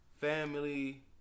family